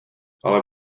ale